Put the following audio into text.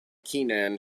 keenan